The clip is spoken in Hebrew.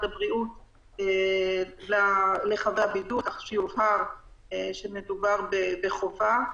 הבריאות לחבי הבידוד כך שיובהר שמדובר בחובה.